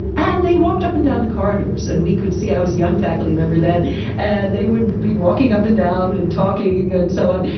and they walked up and down the corridors and we could see i was a young faculty member then they would be walking up and down and talking and so on.